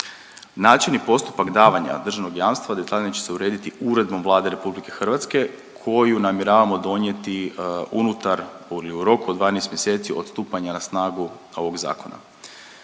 Način i postupak davanja državnog jamstva detaljnije će se urediti uredbom Vlade Republike Hrvatske koju namjeravamo donijeti unutar, bolje u roku od 12 mjeseci od stupanja na snagu ovog zakona.